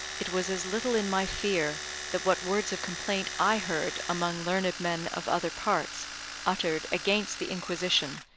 it was as little in my fear that what words of complaint i heard among learned men of other parts uttered against the inquisition,